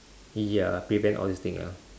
ya prevent all this thing ya